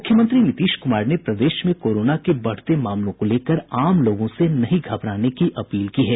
मुख्यमंत्री नीतीश कुमार ने प्रदेश में कोरोना के बढ़ते मामलों को लेकर आम लोगों से नहीं घबराने की अपील की है